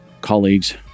colleagues